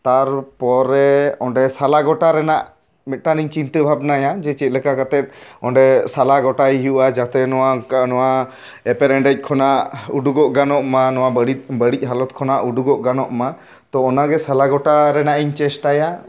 ᱛᱟᱨᱯᱚᱨᱮ ᱚᱸᱰᱮ ᱥᱟᱞᱟ ᱜᱚᱴᱟ ᱨᱮᱱᱟᱜ ᱢᱤᱫᱴᱟᱝ ᱤᱧ ᱪᱤᱱᱛᱟᱹ ᱵᱷᱟᱵᱽᱱᱟᱭᱟ ᱡᱮ ᱪᱮᱫ ᱞᱮᱠᱟ ᱠᱟᱛᱮᱫ ᱚᱸᱰᱮ ᱥᱟᱞᱟ ᱜᱚᱴᱟᱭ ᱦᱩᱭᱩᱜᱼᱟ ᱡᱟᱛᱮ ᱱᱚᱣᱟ ᱱᱚᱣᱟ ᱮᱯᱮᱨ ᱦᱮᱰᱮᱡ ᱠᱷᱚᱱᱟᱜ ᱩᱰᱩᱠᱚᱜ ᱜᱟᱱᱚᱜ ᱢᱟ ᱱᱚᱣᱟ ᱵᱟᱹᱲᱤᱡ ᱦᱟᱞᱚᱛ ᱠᱷᱚᱱᱟᱜ ᱩᱰᱩᱠᱚᱜ ᱜᱟᱱᱚᱜ ᱢᱟ ᱛᱚ ᱚᱱᱟᱜᱮ ᱥᱟᱞᱟ ᱜᱚᱴᱟ ᱨᱮᱱᱟᱜ ᱤᱧ ᱪᱮᱥᱴᱟᱭᱟ